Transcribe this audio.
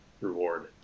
reward